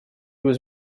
was